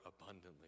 abundantly